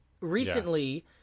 Recently